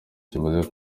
kimaze